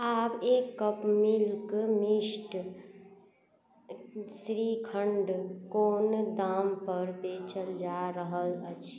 आब एक cup milk mist shrikhand कोन दामपर बेचल जा रहल अछि